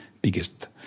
biggest